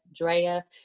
Drea